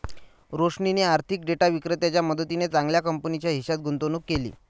रोशनीने आर्थिक डेटा विक्रेत्याच्या मदतीने चांगल्या कंपनीच्या हिश्श्यात गुंतवणूक केली